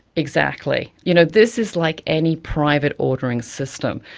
exactly. you know this is like any private ordering system.